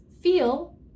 feel